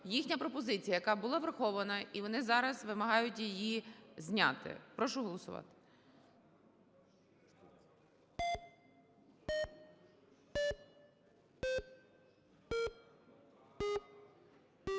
їхня пропозиція, яка була врахована, і вони зараз вимагають її зняти. Прошу голосувати.